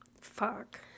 Fuck